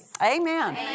Amen